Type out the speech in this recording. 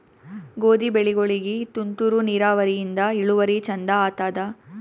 ಗೋಧಿ ಬೆಳಿಗೋಳಿಗಿ ತುಂತೂರು ನಿರಾವರಿಯಿಂದ ಇಳುವರಿ ಚಂದ ಆತ್ತಾದ?